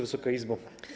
Wysoka Izbo!